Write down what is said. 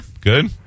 Good